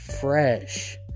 fresh